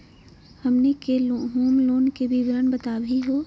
हमनी के home loan के विवरण बताही हो?